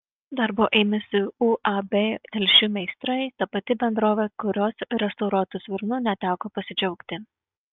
darbo ėmėsi uab telšių meistrai ta pati bendrovė kurios restauruotu svirnu neteko pasidžiaugti